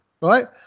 right